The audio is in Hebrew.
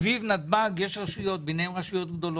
סביב נתב"ג יש רשויות, ביניהן רשויות גדולות,